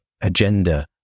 agenda